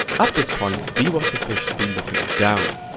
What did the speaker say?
at this point, we want the fish to be looking down.